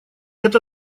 это